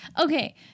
Okay